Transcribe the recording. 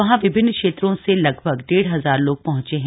वहां विभिन्न क्षेत्रों से लगभग डेढ़ हजार लोग पहुँचे है